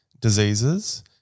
diseases